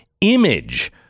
image